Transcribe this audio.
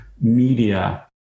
media